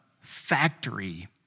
factory